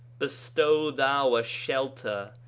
bestow thou a shelter,